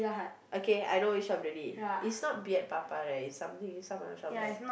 okay I know which shop already it's not Beard-Papa right is something is some other shop right